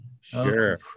sure